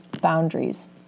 boundaries